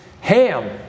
Ham